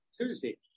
Tuesday